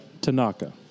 Tanaka